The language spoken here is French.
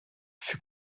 fut